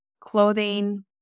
clothing